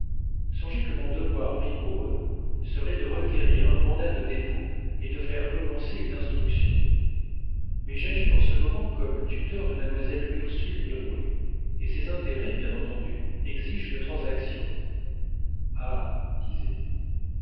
songez que mon devoir rigoureux serait de requérir un mandat de dépôt et de faire commencer une instruction mais j'agis en ce moment comme tuteur de mademoiselle ursule mirouët et ses intérêts bien entendus exigent une transaction ah dit